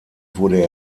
wurde